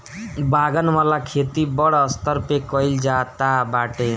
बागन वाला खेती बड़ स्तर पे कइल जाता बाटे